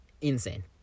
insane